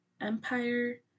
Empire